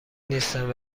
نیستن